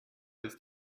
ist